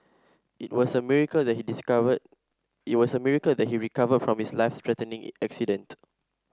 it was a miracle that he discovered it was a miracle that he recovered from his life threatening accident